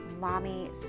mommy